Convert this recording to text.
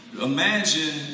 imagine